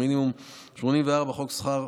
התשי"ט 1959,